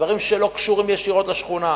דברים שלא קשורים ישירות לשכונה.